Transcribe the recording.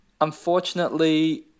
Unfortunately